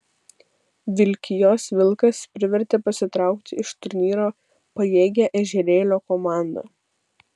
vilkijos vilkas privertė pasitraukti iš turnyro pajėgią ežerėlio komandą